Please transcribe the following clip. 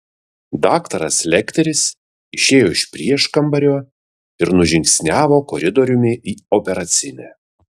daktaras lekteris išėjo iš prieškambario ir nužingsniavo koridoriumi į operacinę